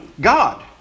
God